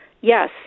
Yes